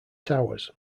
towers